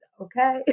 Okay